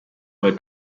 were